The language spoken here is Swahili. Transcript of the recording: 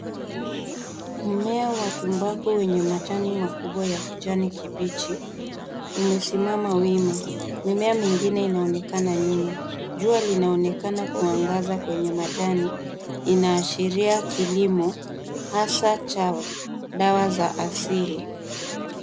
Mmea wa tumbaku wenye majani makubwa ya kijani kibichi umesimama wima. Mimea mingine inaonekana nyuma. Jua linaonekana kuangaza kwenye majani. Inaashiria kilimo, hasa cha dawa ya asili.